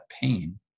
pain